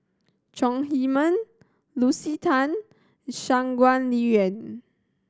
Chong Heman Lucy Tan Shangguan